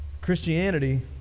Christianity